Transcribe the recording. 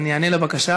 אז אני איענה לבקשה,